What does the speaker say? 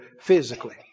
physically